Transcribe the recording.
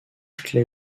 clay